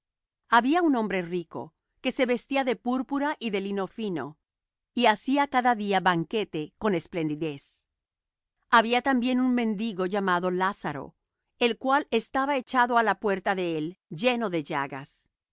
había un hombre rico que se vestía de púrpura y de lino fino y hacía cada día banquete con esplendidez había también un mendigo llamado lázaro el cual estaba echado á la puerta de él lleno de llagas y